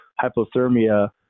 hypothermia